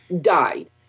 died